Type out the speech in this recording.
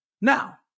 Now